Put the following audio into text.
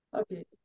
Okay